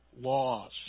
laws